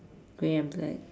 grey and black